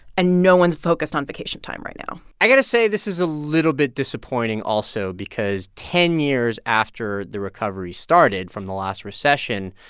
and no one's focused on vacation time right now i got to say, this is a little bit disappointing also because ten years after the recovery started from the last recession,